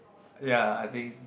ya I think